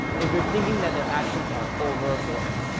if you're thinking that their actions are overboard,